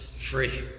Free